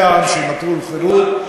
זה העם שנטול חירות,